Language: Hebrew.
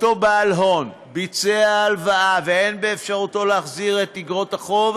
אותו בעל הון ביצע הלוואה ואין באפשרותו להחזיר את איגרות החוב,